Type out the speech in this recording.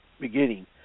beginning